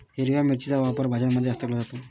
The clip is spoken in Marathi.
हिरव्या मिरचीचा वापर भाज्यांमध्ये जास्त केला जातो